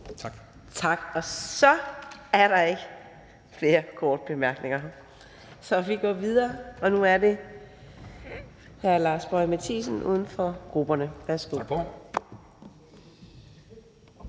Tak. Så er der ikke flere korte bemærkninger. Så vi går videre, og det er nu hr. Lars Boje Mathiesen, uden for grupperne. Værsgo.